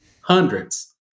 hundreds